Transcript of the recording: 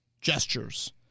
gestures